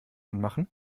anmachen